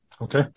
Okay